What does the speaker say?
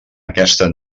aquesta